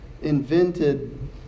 invented